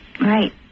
Right